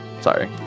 Sorry